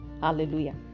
Hallelujah